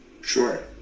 Sure